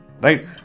Right